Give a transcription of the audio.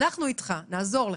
"אנחנו אתך, נעזור לך".